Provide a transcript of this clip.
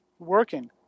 working